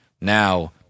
now